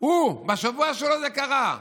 הוא, בשבוע שלו זה קרה.